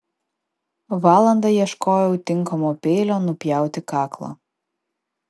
valandą ieškojau tinkamo peilio nupjauti kaklą